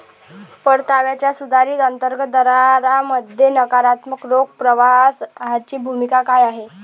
परताव्याच्या सुधारित अंतर्गत दरामध्ये नकारात्मक रोख प्रवाहाची भूमिका काय आहे?